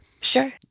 sure